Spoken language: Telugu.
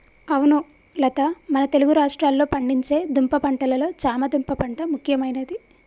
అవును లత మన తెలుగు రాష్ట్రాల్లో పండించే దుంప పంటలలో చామ దుంప పంట ముఖ్యమైనది